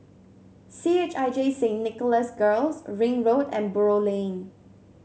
C H I J Saint Nicholas Girls Ring Road and Buroh Lane